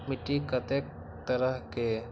मिट्टी कतेक तरह के?